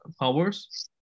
powers